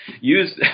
use